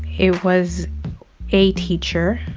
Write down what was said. it was a teacher